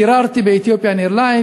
ביררתי ב"אתיופיאן איירליינס",